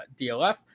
DLF